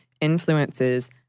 influences